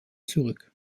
zurück